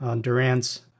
Durant's